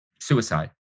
suicide